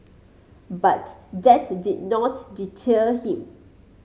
but that did not deter him